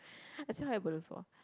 I think I go before